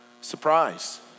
surprise